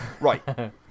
right